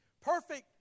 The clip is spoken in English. Perfect